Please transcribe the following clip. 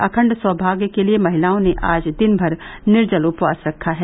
अखण्ड सौभाग्य के लिए महिलाओं ने आज दिन भर निर्जल उपवास रखा है